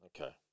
Okay